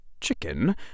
chicken